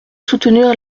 soutenir